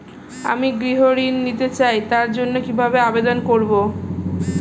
আমি গৃহ ঋণ নিতে চাই তার জন্য কিভাবে আবেদন করব?